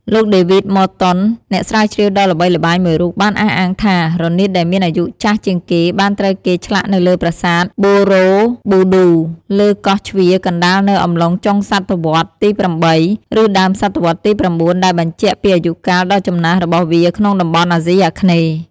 លោក ដេវីដ ម័រតុន អ្នកស្រាវជ្រាវដ៏ល្បីល្បាញមួយរូប បានអះអាងថា រនាតដែលមានអាយុចាស់ជាងគេបានត្រូវគេឆ្លាក់នៅលើប្រាសាទបូរ៉ូប៊ូឌួ លើកោះជ្វាកណ្តាលនៅអំឡុងចុងសតវត្សទី៨ ឬដើមសតវត្សទី៩ ដែលបញ្ជាក់ពីអាយុកាលដ៏ចំណាស់របស់វាក្នុងតំបន់អាស៊ីអាគ្នេយ៍។